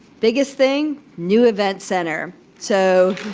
biggest thing, new event center. so